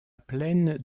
plaine